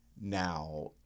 now